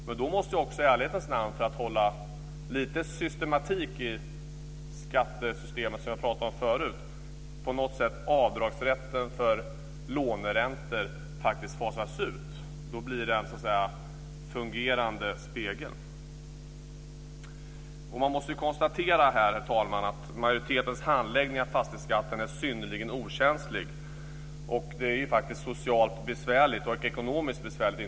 Men för att hålla lite systematik i skattesystemet, som jag talade om förut, måste avdragsrätten för låneräntor då fasas ut. Det ska bli en Herr talman! Man måste här konstatera att majoritetens handläggning av fastighetsskatten är synnerligen okänslig. Det är socialt och inte minst ekonomiskt besvärligt.